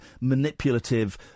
manipulative